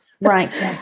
Right